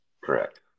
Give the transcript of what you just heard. Correct